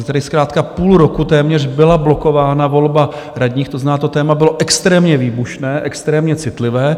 Tady zkrátka půl roku téměř byla blokována volba radních, to znamená, to téma bylo extrémně výbušné, extrémně citlivé.